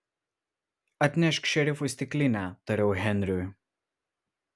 atnešk šerifui stiklinę tariau henriui